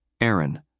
Aaron